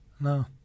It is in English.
No